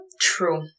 True